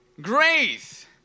Grace